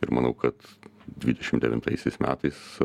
ir manau kad dvidešim devintaisiais metais